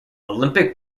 olympic